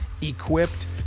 equipped